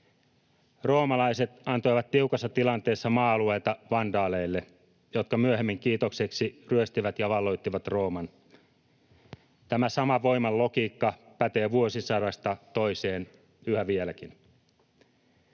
roomalaiset antoivat tiukassa tilanteessa maa-alueita vandaaleille, jotka myöhemmin kiitokseksi ryöstivät ja valloittivat Rooman. Tämä sama voiman logiikka pätee vuosisadasta toiseen yhä vieläkin.